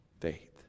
faith